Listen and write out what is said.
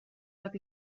bat